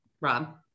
Rob